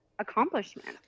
Accomplishment